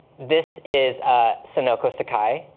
this is ah sonoko sakai.